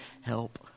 help